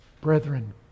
Brethren